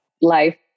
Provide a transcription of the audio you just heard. life